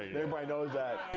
everybody knows that.